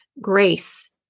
grace